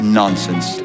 nonsense